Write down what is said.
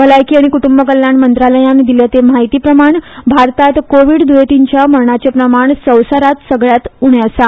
भलायकी आनी कुटुंब कल्याण मंत्रालयान देल्या ते म्हायती प्रमाण भारतांत कोव्हीड दयेंतींच्या मरणाचें प्रमाण संवसारांत सगल्यांत उर्णे आसा